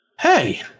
hey